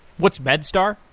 what's medstar?